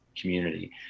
community